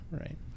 right